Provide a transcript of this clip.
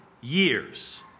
years